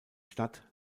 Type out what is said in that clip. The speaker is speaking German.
stadt